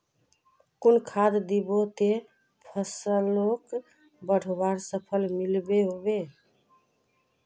कुन खाद दिबो ते फसलोक बढ़वार सफलता मिलबे बे?